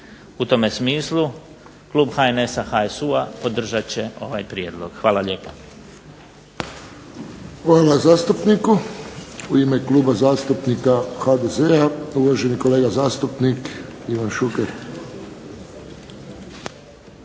U tome smislu klub HNS-a, HSU-a podržat će ovaj prijedlog. Hvala lijepa. **Friščić, Josip (HSS)** Hvala zastupniku. U ime Kluba zastupnika HDZ-a uvaženi kolega zastupnik Ivan Šuker.